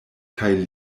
kaj